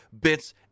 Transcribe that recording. bits